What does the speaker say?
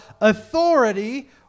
authority